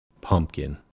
Pumpkin